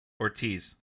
Ortiz